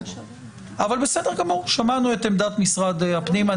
אבל בסדר גמור, שמענו את עמדת משרד הפנים.